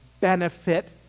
benefit